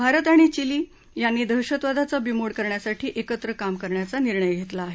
भारत आणि चिली यांनी दहशतवादाचा बिमोड करण्यासाठी एकत्र काम करण्याचा निर्णय घेतला आहे